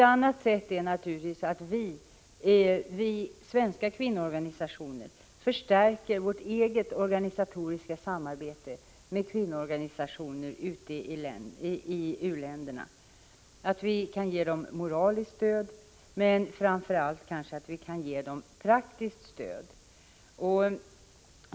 En annan sak som är betydelsefull är att de svenska kvinnoorganisationerna förstärker sitt organisatoriska samarbete med kvinnoorganisationer i u-länderna. Det gäller för oss att ge dem moraliskt stöd men framför allt stöd av praktiskt slag.